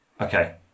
Okay